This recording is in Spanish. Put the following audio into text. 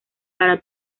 para